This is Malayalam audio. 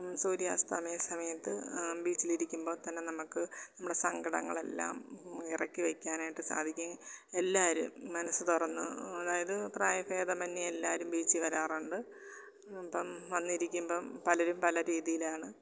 സൂര്യാസ്തമയ സമയത്ത് ബീച്ചിൽ ഇരിക്കുമ്പം തന്നെ നമുക്ക് നമ്മുടെ സങ്കടങ്ങളെല്ലാം ഇറക്കി വയ്ക്കാനായിട്ട് സാധിക്കും എല്ലാവരും മനസ്സ് തുറന്ന് അതായത് പ്രായഭേദമന്യെ എല്ലാവരും ബീച്ചില് വരാറുണ്ട് അപ്പം വന്നിരിക്കുമ്പം പലരും പല രീതിയിലാണ്